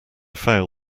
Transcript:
fail